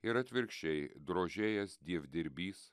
ir atvirkščiai drožėjas dievdirbys